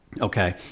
Okay